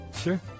Sure